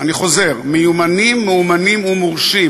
אני חוזר: מיומנים, מאומנים ומורשים,